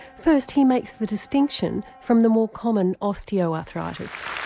first he makes the distinction from the more common osteoarthritis.